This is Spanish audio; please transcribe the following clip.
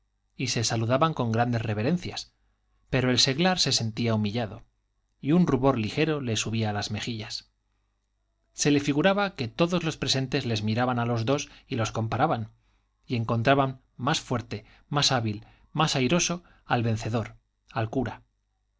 y se saludaban con grandes reverencias pero el seglar se sentía humillado y un rubor ligero le subía a las mejillas se le figuraba que todos los presentes les miraban a los dos y los comparaban y encontraban más fuerte más hábil más airoso al vencedor al cura